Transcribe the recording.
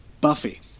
Buffy